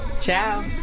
Ciao